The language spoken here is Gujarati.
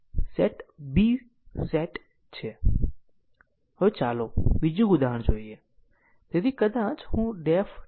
તેથી આ ગ્રાફ માટે સાયક્લોમેટિક મેટ્રિક 7 ધાર અને 6 નોડ છે 7 6 2 3 છે સાયક્લોમેટિક મેટ્રિક ની ગણતરી કરવાની અન્ય રીતો પણ છે